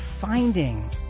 finding